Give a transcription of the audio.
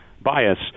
bias